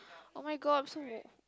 oh-my-god I'm so moved